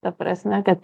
ta prasme kad